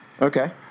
Okay